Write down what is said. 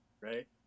right